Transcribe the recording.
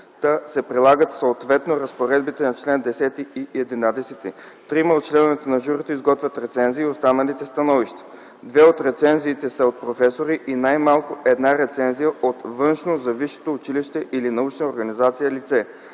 се прилагат съответно разпоредбите на чл. 10 и 11. Трима от членовете на журито изготвят рецензии, останалите – становища. Две от рецензиите са от професори и най-малко една рецензия – от външно за висшето училище или научната организация лице.